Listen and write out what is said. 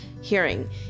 hearing